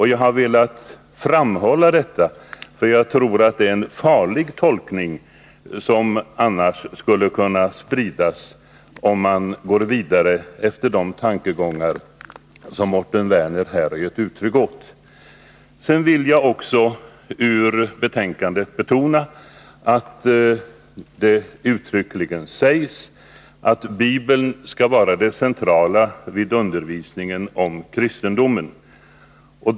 Jag har velat framhålla detta, för jag tror att det är en farlig tolkning som skulle kunna spridas, om man går vidare enligt de tankegångar som Mårten Werner givit uttryck åt. Sedan vill jag betona att det i betänkandet uttryckligen sägs att Bibeln skall vara det centrala vid undervisningen om kristendomen.